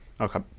Okay